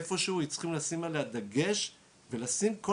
איפשהו צריכים לשים עליה דגש ולשים כל